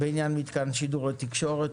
(בעניין מתקן שידור לתקשורת),